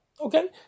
okay